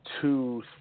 two